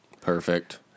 Perfect